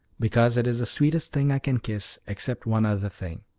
because it is the sweetest thing i can kiss, except one other thing.